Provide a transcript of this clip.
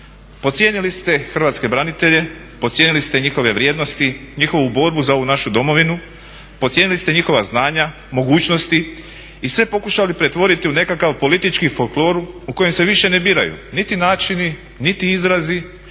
Podcijenili ste hrvatske branitelje, podcijenili ste njihove vrijednosti, njihovu borbu za ovu našu domovinu, podcijenili ste njihova znanja, mogućnosti i sve pokušali pretvoriti u nekakav politički folklor u kojem se više ne biraju niti načini niti izrazi,